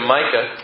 Micah